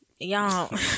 Y'all